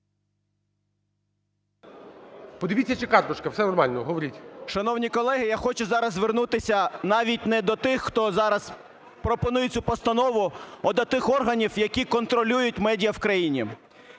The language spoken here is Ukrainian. Подивіться, чи карточка. Все нормально, говоріть. 11:45:04 НАЙЄМ М. . Шановні колеги, я хочу зараз звернутися навіть не до тих, хто зараз пропонує цю постанову, а до тих органів, які контролюють медіа в країні.